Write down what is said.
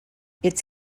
its